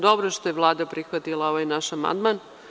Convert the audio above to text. Dobro je što je Vlada prihvatila ovaj naš amandman.